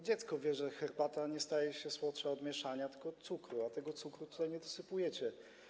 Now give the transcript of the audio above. Dziecko wie, że herbata nie staje się słodsza od mieszania, tylko od cukru, a tego cukru tutaj nie dosypujecie.